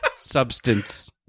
substance